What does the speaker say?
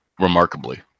remarkably